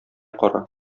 кара